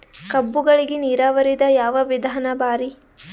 ಕಬ್ಬುಗಳಿಗಿ ನೀರಾವರಿದ ಯಾವ ವಿಧಾನ ಭಾರಿ?